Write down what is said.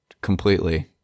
completely